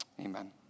Amen